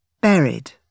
buried